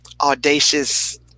audacious